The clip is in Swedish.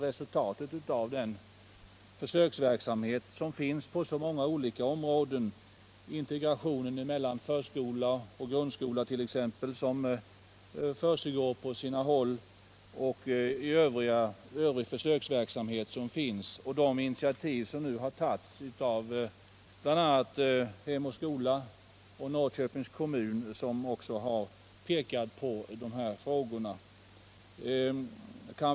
Resultaten av den försöksverksamhet som pågår på så många olika områden, t.ex. beträffande integrationen mellan förskola och grundskola, och av de initiativ som tagits av bl.a. Hem och skola samt Norrköpings kommun får väl avgöra detta. Erfarenheterna härav får prövas i vanlig ordning.